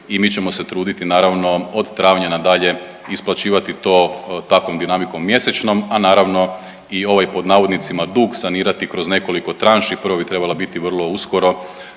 i mi ćemo se truditi naravno od travnja na dalje isplaćivati to takvom dinamikom mjesečnom, a naravno i ovaj „dug“ sanirati kroz nekoliko tranši. Prva bi trebala biti vrlo uskoro